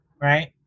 right